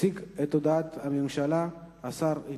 יציג את הודעת הממשלה השר איתן.